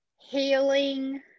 healing